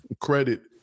credit